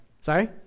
Sorry